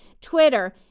Twitter